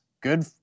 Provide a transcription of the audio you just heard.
good